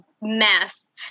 mess